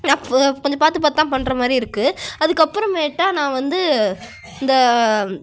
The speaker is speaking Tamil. கொஞ்சம் பார்த்து பார்த்துதான் பண்ணுற மாதிரி இருக்கு அதுக்கு அப்புறமேட்டா நான் வந்து இந்த